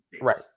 right